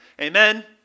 amen